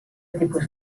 tipus